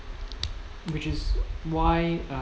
which is why uh